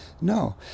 no